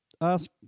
ask